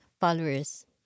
followers